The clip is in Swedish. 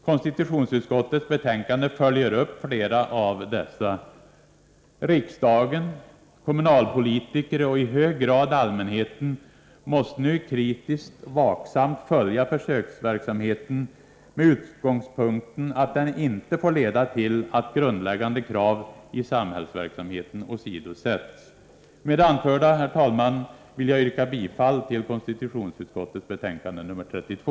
Konstitutionsutskottets betänkande följer upp flera av dessa. Riksdagen, kommunalpolitiker och i hög grad allmänheten måste nu kritiskt och vaksamt följa försöksverksamheten med utgångspunkten att denna inte får leda till att grundläggande krav i samhällsverksamheten åsidosätts. Med det anförda vill jag, herr talman, yrka bifall till hemställan i konstitutionsutskottets betänkande 32.